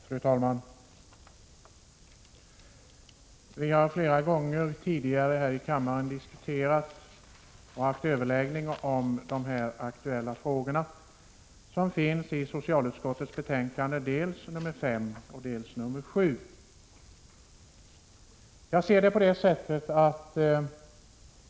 Fru talman! Vi har flera gånger tidigare här i kammaren diskuterat de frågor som behandlas i socialutskottets betänkanden nr 5 och nr 7.